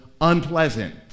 unpleasant